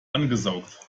angesaugt